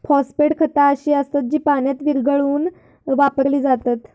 phosphate खता अशी असत जी पाण्यात विरघळवून वापरली जातत